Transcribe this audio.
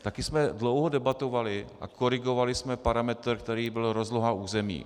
Také jsme dlouho debatovali a korigovali jsme parametr, který byl rozloha území.